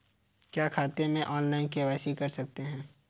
क्या खाते में ऑनलाइन के.वाई.सी कर सकते हैं?